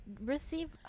receive